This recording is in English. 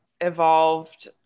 evolved